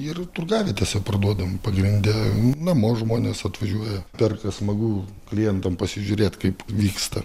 ir turgavietėse parduodam pagrinde namo žmonės atvažiuoja perkas smagu klientam pasižiūrėt kaip vyksta